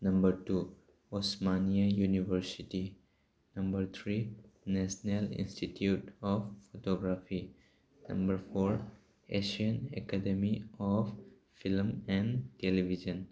number two Osmania university number three national institute of photography number four Asian academy of film and television